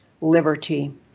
liberty